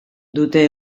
dute